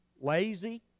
lazy